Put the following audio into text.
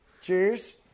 Cheers